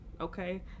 okay